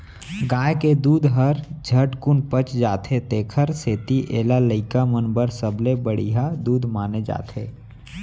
गाय के दूद हर झटकुन पच जाथे तेकर सेती एला लइका मन बर सबले बड़िहा दूद माने जाथे